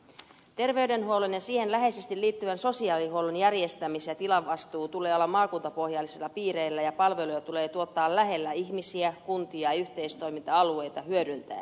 terveydenhuollon ja siihen läheisesti liittyvän sosiaalihuollon järjestämis ja tilavastuu tulee olla maakuntapohjaisilla piireillä ja palveluja tulee tuottaa lähellä ihmisiä kuntia ja yhteistoiminta alueita hyödyntäen